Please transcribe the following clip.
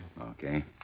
Okay